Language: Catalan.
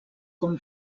com